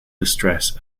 distress